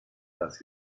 dass